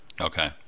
Okay